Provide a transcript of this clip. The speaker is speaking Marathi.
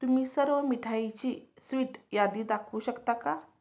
तुम्ही सर्व मिठाईची स्वीट यादी दाखवू शकता का